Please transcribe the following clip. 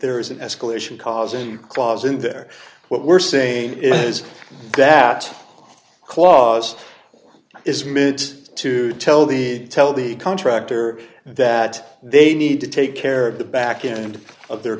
there is an escalation causing a clause in there what we're saying is that clause is meant to tell the tell the contractor that they need to take care of the back end of their